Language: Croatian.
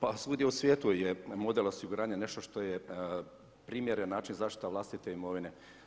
Pa svugdje u svijetu je model osiguranja nešto što je primjeren način zaštita vlastite imovine.